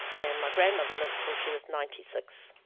and my grandmother lived until she was ninety six.